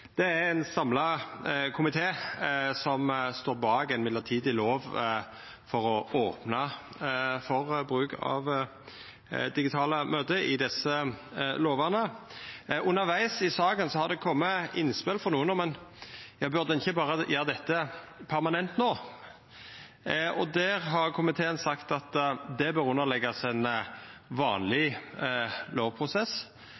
Det er ein samla komité som står bak ein mellombels lov for å opna for bruk av digitale møte i desse lovane. Undervegs i saka har det kome innspel frå nokon om at ein no berre burde gjera dette permanent. Der har komiteen sagt at det bør underleggjast ein